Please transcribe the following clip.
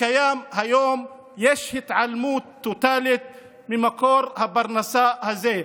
הקיים היום יש התעלמות טוטלית ממקור הפרנסה הזה.